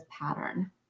pattern